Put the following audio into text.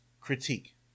critique